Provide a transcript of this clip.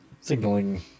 signaling